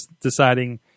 deciding